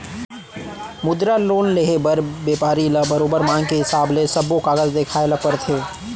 मुद्रा लोन लेहे बर बेपारी ल बरोबर मांग के हिसाब ले सब्बो कागज देखाए ल परथे